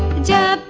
da